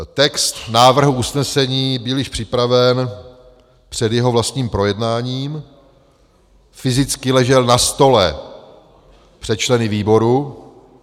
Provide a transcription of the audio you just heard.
Text návrhu usnesení byl již připraven před jeho vlastním projednáním, fyzicky ležel na stole před členy výboru.